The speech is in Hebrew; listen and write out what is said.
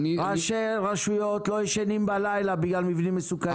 ראשי רשויות לא ישנים בלילה בגלל מבנים מסוכנים.